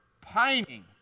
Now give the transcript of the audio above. pining